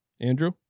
Andrew